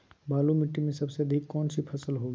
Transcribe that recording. बालू मिट्टी में सबसे अधिक कौन सी फसल होगी?